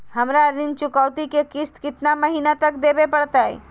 हमरा ऋण चुकौती के किस्त कितना महीना तक देवे पड़तई?